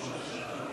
לאחר מכן,